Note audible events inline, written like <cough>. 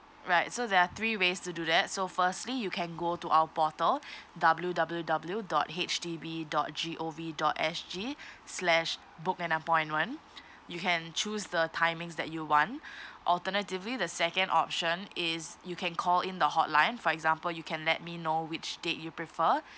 right so there are three ways to do that so firstly you can go to our portal W W W dot H D B dot G O V dot S G slash book an appointment you can choose the timings that you want <breath> alternatively the second option is you can call in the hotline for example you can let me know which date you prefer